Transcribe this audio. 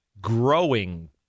growing